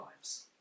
lives